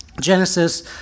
Genesis